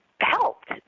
helped